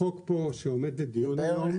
החוק פה שעומד לדיון היום.